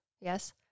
yes